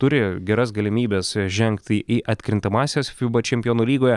turi geras galimybes žengti į atkrintamąsias fiba čempionų lygoje